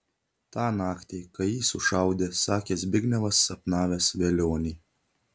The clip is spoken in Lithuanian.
tą naktį kai jį sušaudė sakė zbignevas sapnavęs velionį